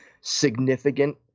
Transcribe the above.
significant